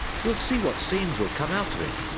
you'll see what scenes will come out of it.